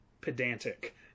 pedantic